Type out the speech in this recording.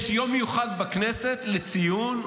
יש יום מיוחד בכנסת לציון,